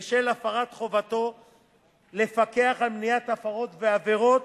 בשל הפרת חובתו לפקח על מניעת הפרות ועבירות,